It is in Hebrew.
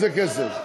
איזה כסף?